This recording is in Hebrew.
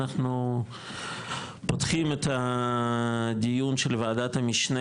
אנחנו פותחים את הדיון של וועדת המשנה